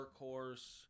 Workhorse